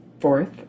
fourth